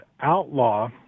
outlaw